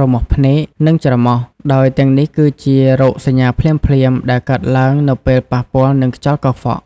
រមាស់ភ្នែក និងច្រមុះ ដោយទាំងនេះគឺជារោគសញ្ញាភ្លាមៗដែលកើតឡើងនៅពេលប៉ះពាល់នឹងខ្យល់កខ្វក់។